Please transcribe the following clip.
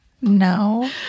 No